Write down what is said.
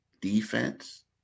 defense